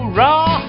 raw